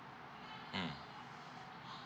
mm